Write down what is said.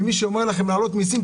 ממי שאומר לכם להעלות מסים,